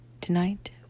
Tonight